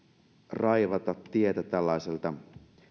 raivata tietä tällaisilta